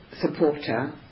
supporter